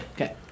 Okay